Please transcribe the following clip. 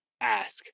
ask